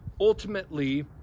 Ultimately